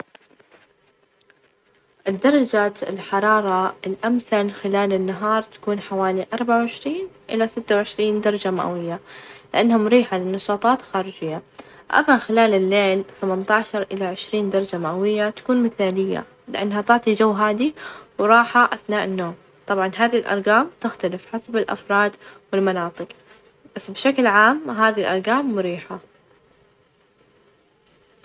في السعودية العطلات الوطنية تشمل يوم التأسيس يعني في إثنين وعشرين فبراير ،واليوم الوطني في ثلاثة وعشرين سبتمبر، هذي الأوقات مميزة يعني حيث إنها تحتفل الناس بالتراث، والهوية، والوطنية، كمان في عطلات ثانية مثل: عيد الفطر، وعيد الأضحى اللي تعتمد على التقويم الهجري.